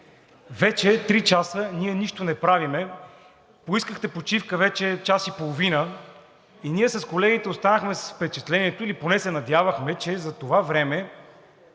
Вече три часа ние нищо не правим. Поискахте почивка вече час и половина и ние с колегите останахме с впечатлението, или поне се надявахме, че за това време